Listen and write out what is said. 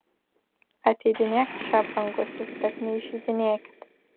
ateidinėk čia brangusis bet neįžeidinėkit